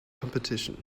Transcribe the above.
competition